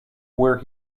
where